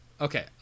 okay